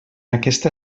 aquesta